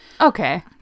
Okay